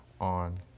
on